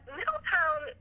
Middletown